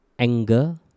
Anger